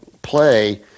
play